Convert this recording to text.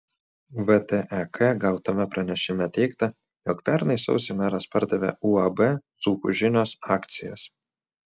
vtek gautame pranešime teigta jog pernai sausį meras pardavė uab dzūkų žinios akcijas